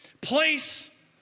place